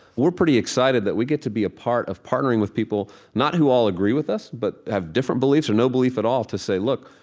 we're pretty excited that we get to be a part of partnering with people not who all agree with us, but have different beliefs or no belief at all to say, look,